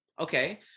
Okay